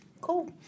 Cool